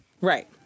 Right